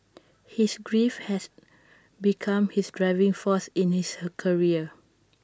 his grief has become his driving force in his career